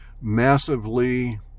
massively